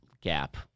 gap